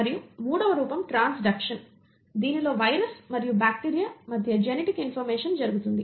మరియు మూడవ రూపం ట్రాన్స్డక్షన్ దీనిలో వైరస్ మరియు బ్యాక్టీరియా మధ్య జెనెటిక్ ఇన్ఫర్మేషన్ జరుగుతుంది